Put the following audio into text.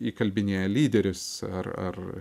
įkalbinėja lyderis ar ar